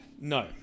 No